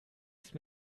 ist